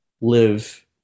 live